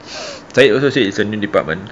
taib also said it's a new department